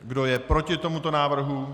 Kdo je proti tomuto návrhu?